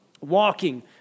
Walking